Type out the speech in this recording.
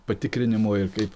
patikrinimo ir kaip